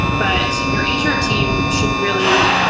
but your and hr team should really,